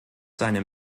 seine